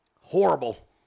horrible